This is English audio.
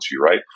right